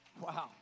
Wow